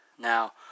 Now